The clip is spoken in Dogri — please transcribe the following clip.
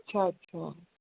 अच्छा